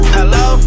Hello